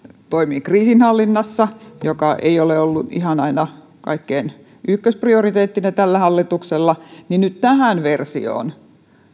toimii kriisinhallinnassa joka ei ole ollut ihan aina kaikkien ykkösprioriteettina tällä hallituksella nyt tähän versioon